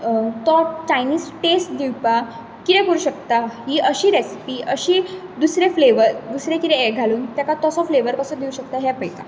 top Chinese taste दिवपाक कितें करुंक शकता ही अशी रेसिपी अशी दुसरें फ्लेवर्स दुसरे कितें घालुन तेका तसो फ्लेवर कसो दिवंक शकता हे पयता